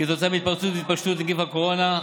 כתוצאה מהתפרצות והתפשטות נגיף הקורונה.